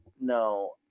no